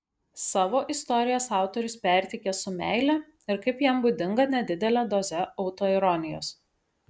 savo istorijas autorius perteikia su meile ir kaip jam būdinga nedidele doze autoironijos